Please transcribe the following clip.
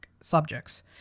subjects